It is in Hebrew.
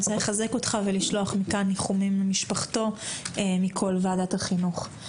אני רוצה לחזק את דבריך ולשלוח מכאן ניחומים למשפחתו מכל ועדת החינוך.